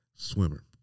swimmer